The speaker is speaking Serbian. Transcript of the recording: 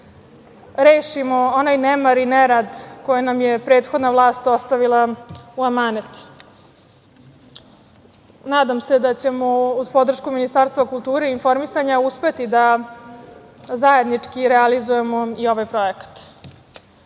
rešimo onaj nemar i nerad koji nam je prethodna vlast ostavila u amanet. Nadam se da ćemo, uz podršku Ministarstva kulture i informisanja, uspeti da zajednički realizujemo i ovaj projekat. Da